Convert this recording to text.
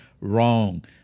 wrong